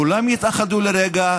כולם יתאחדו לרגע,